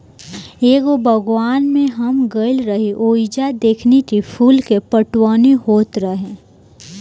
एगो बागवान में हम गइल रही ओइजा देखनी की फूल के पटवनी होत रहे